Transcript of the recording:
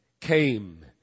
came